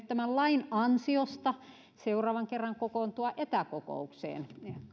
tämän lain ansiosta seuraavan kerran kokoontua etäkokoukseen